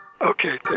Okay